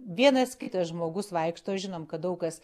vienas kitas žmogus vaikšto žinom kad daug kas